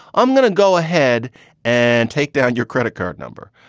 i'm going to go ahead and take down your credit card number.